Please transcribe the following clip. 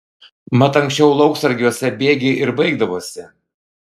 mat anksčiau lauksargiuose bėgiai ir baigdavosi